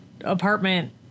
apartment